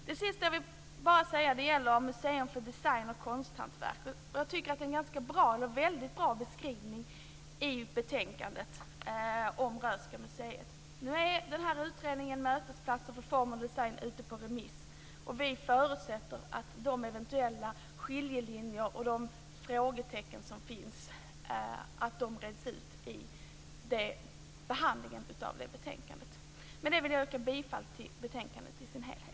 Det sista jag vill säga gäller museum för design och konsthantverk. Jag tycker att det är en väldigt bra beskrivning i betänkandet av Röhsska museet. Nu är utredningen Mötesplats för form och design ute på remiss, och vi förutsätter att de eventuella skiljelinjer och de frågetecken som finns klaras ut i behandlingen av det betänkandet. Med det vill jag yrka bifall till hemställan i betänkandet i dess helhet.